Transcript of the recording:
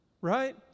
Right